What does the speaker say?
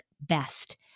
best